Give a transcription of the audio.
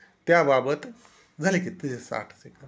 त्याबाबत झाले की तुझे साठ सेकंद